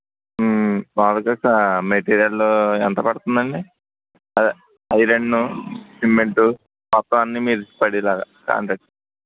మామూలుగా మెటీరీయల్ ఎంత పడుతుంది అండి అదే ఐరన్ సిమెంటు మొత్తం అన్నీ మీరు పడేలాగా కాంట్రాక్ట్